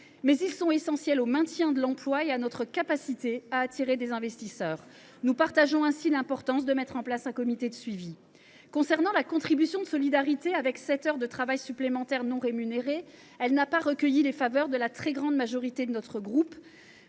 mais ils sont essentiels au maintien de l’emploi et à notre capacité à attirer des investisseurs. Nous partageons ainsi l’importance de mettre en place un comité de suivi. La contribution de solidarité, avec sept heures de travail supplémentaires non rémunérées, n’a pas recueilli les faveurs de la très grande majorité de notre groupe.